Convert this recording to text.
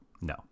No